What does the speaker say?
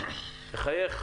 תחייך.